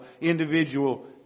individual